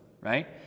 right